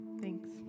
Thanks